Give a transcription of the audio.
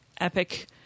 epic